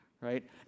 right